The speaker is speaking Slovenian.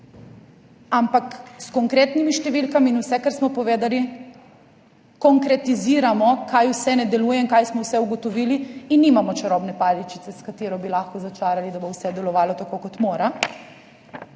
ampak s konkretnimi številkami in vsem, kar smo povedali, konkretiziramo, kaj vse ne deluje in kaj vse smo ugotovili, in nimamo čarobne paličice, s katero bi lahko začarali, da bo vse delovalo tako, kot mora.